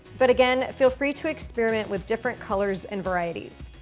but again, feel free to experiment with different colors and varieties.